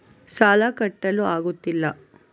ಸಾಲ ಕಟ್ಟಲು ಆಗುತ್ತಿಲ್ಲ